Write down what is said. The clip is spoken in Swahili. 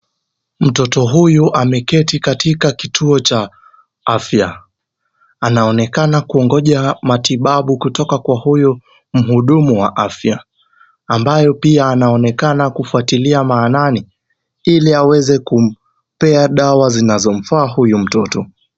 Mtoto huyu ameketi katika kituo cha afya. Anaonekana kuongoja matibabu kutoka kwa huyu mhudumu wa afya ambaye pia anaonekana kufuatilia maanani ili aweze kupea dawa zinazomfaa huyu mtoto.